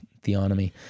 theonomy